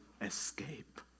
escape